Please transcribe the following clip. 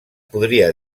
podria